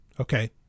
Okay